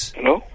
Hello